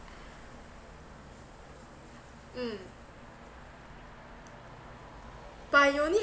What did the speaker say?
mm but you only